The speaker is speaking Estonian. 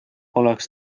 oleks